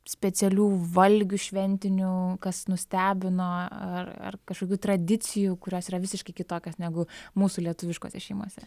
specialių valgių šventinių kas nustebino ar ar kažkokių tradicijų kurios yra visiškai kitokios negu mūsų lietuviškose šeimose